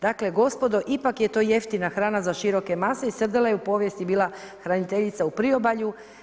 Dakle, gospodo ipak je to jeftina hrana za široke mase i srdela je u povijesti bila hraniteljica u priobalju.